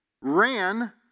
ran